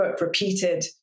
repeated